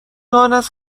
آنست